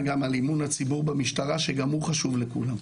גם על אמון הציבור במשטרה שגם הוא חשוב לכולם.